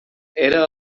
era